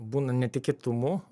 būna netikėtumų